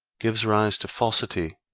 gives rise to falsity,